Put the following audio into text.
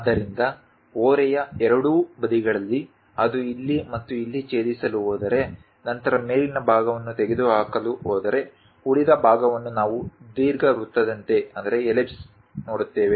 ಆದ್ದರಿಂದ ಓರೆಯ ಎರಡೂ ಬದಿಗಳಲ್ಲಿ ಅದು ಇಲ್ಲಿ ಮತ್ತು ಇಲ್ಲಿ ಛೇದಿಸಲು ಹೋದರೆ ನಂತರ ಮೇಲಿನ ಭಾಗವನ್ನು ತೆಗೆದುಹಾಕಲು ಹೋದರೆ ಉಳಿದ ಭಾಗವನ್ನು ನಾವು ದೀರ್ಘವೃತ್ತದಂತೆ ನೋಡುತ್ತೇವೆ